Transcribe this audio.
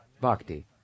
Bhakti